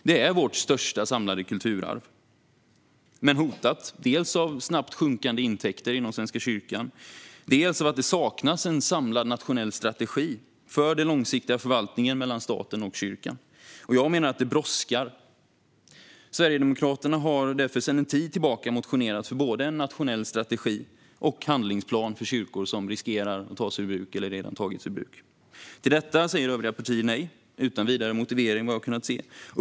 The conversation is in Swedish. Det är vårt största samlade kulturarv, men det är hotat - dels av snabbt sjunkande intäkter inom Svenska kyrkan, dels av att det saknas en samlad nationell strategi för den långsiktiga förvaltningen mellan staten och kyrkan. Jag menar att detta brådskar. Sverigedemokraterna har därför sedan en tid tillbaka motionerat för en nationell strategi och en handlingsplan för kyrkor som riskerar att tas ur bruk eller som redan tagits ur bruk. Till detta säger övriga partier nej, utan vidare motivering vad jag har kunnat se.